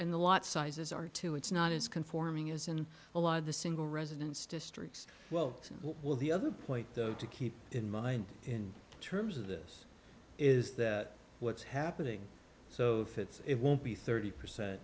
the lot sizes are two it's not as conforming is in a lot of the single residence districts well what will the other point though to keep in mind in terms of this is that what's happening so if it's it won't be thirty percent